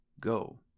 Go